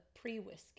pre-whiskey